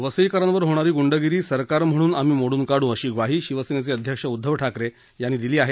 वसईकरांवर होणारी ग्र्डगिरी सरकार म्हणून आम्ही मोडून काढू अशी ग्वाही शिवसेनेचे अध्यक्ष उद्वव ठाकरे यांनी दिली आहे